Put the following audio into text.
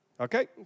Okay